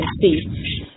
see